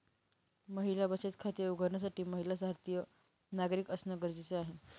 महिला बचत खाते उघडण्यासाठी महिला भारतीय नागरिक असणं गरजेच आहे